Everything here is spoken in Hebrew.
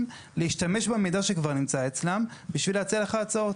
להשתמש במידע שכבר נמצא אצלם בשביל להציע לך הצעות.